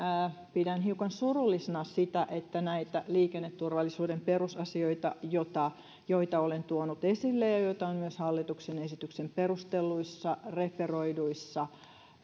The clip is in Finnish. pidän hiukan surullisena sitä että nämä liikenneturvallisuuden perusasiat joita olen tuonut esille ja joita on myös hallituksen esityksen perusteluissa referoiduissa